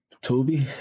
Toby